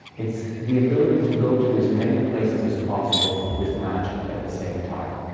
it's the ability to go to as many places as possible with magic at the same time.